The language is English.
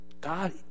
God